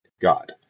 God